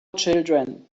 children